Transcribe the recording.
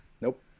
Nope